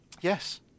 Yes